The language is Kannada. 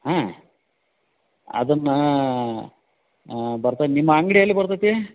ಹಾಂ ಅದನ್ನ ಬರ್ತಾ ನಿಮ್ಮ ಅಂಗಡಿ ಎಲ್ಲಿ ಬರ್ತೈತಿ